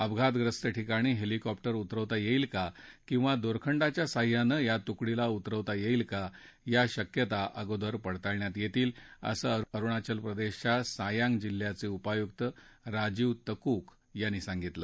अपघातग्रस्त ठिकाणी हेलिकॉप्टर उतरवता येईल का किंवा दोरखंडाच्या साह्यानं या तुकडीला उतरवता येईल का या शक्यता अगोदर पडताळण्यात येतील असं अरुणाचल प्रदेशच्या सायांग जिल्ह्याचे उपायुक्त राजीव तकूक यांनी सांगितलं